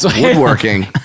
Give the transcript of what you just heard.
woodworking